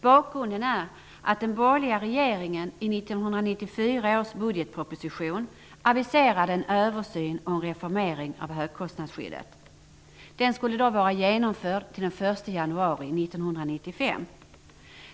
Bakgrunden är att den borgerliga regeringen i 1994 års budgetproposition aviserade en översyn och reformering av högkostnadsskyddet. Den skulle vara genomförd den 1 januari 1995.